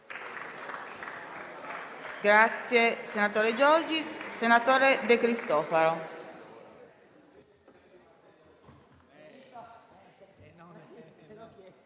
Grazie